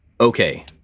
okay